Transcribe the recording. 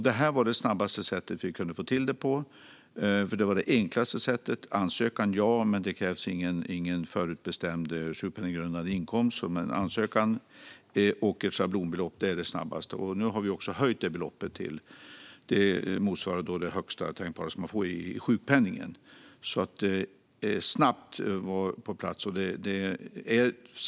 Detta var det snabbaste sättet som vi kunde få till detta på. Det var det enklaste sättet. Ja, man måste göra en ansökan. Men det krävs ingen förutbestämd sjukpenninggrundande inkomst för att göra en ansökan. Och att införa ett schablonbelopp var det snabbaste sättet. Nu har vi också höjt detta belopp, och det motsvarar det högsta tänkbara som man kan få i sjukpenning. Det var alltså snabbt på plats.